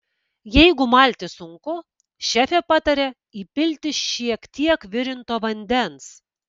jeigu malti sunku šefė pataria įpilti šie tiek virinto vandens